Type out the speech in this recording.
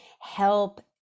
help